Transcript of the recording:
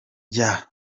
jya